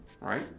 Right